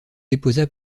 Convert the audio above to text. déposa